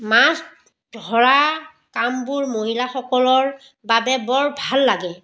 মাছ ধৰা কামবোৰ মহিলাসকলৰ বাবে বৰ ভাল লাগে